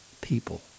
people